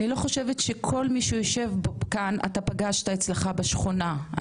אני לא חושבת שכל מי שיושב כאן אתה פגשת אצלך בשכונה,